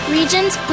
Region's